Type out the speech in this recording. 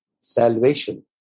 salvation